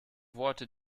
worte